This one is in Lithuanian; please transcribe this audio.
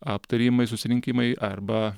aptarimai susirinkimai arba